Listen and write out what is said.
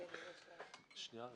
אני אסביר.